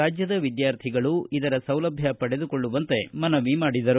ರಾಜ್ಯದ ವಿದ್ವಾರ್ಥಿಗಳು ಇದರ ಸೌಲಭ್ಯ ಪಡೆದುಕೊಳ್ಳುವಂತೆ ಮನವಿ ಮಾಡಿದರು